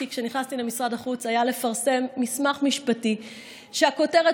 כשנכנסתי למשרד החוץ היה לפרסם מסמך משפטי שהכותרת